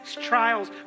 trials